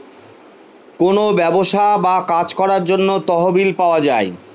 কোনো ব্যবসা বা কাজ করার জন্য তহবিল পাওয়া যায়